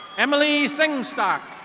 emily singstock.